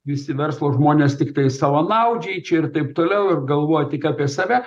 visi verslo žmonės tiktai savanaudžiai čia ir taip toliau ir galvoja tik apie save